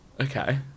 Okay